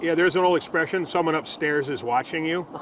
yeah there's an old expression someone upstairs is watching you.